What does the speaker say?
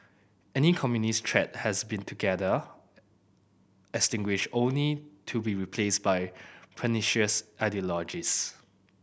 any communist threat has been altogether extinguished only to be replaced by pernicious ideologies